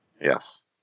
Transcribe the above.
Yes